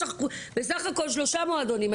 יש לך בסך הכול שלושה מועדונים.